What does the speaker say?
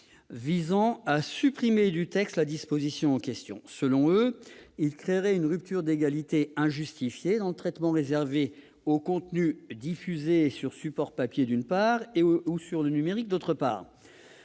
visant à supprimer la disposition en question. Selon eux, cette mesure créerait une rupture d'égalité injustifiée dans le traitement réservé aux contenus diffusés sur supports papier d'une part, numérique d'autre part.